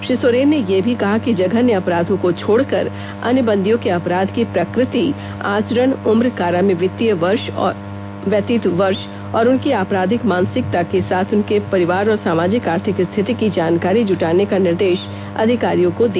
श्री सोरेन ने यह भी कहा कि जघन्य अपराधों को छोड़कर अन्य बंदियों के अपराध की प्रकृति आचरण उम्र कारा में व्यतीय वर्ष और उनकी आपराधिक मानसिकता के साथ उनके परिवार की सामाजिक आर्थिक स्थिति की जानकारी जुटाने का निर्देश अधिकारियों को दिया